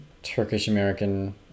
Turkish-American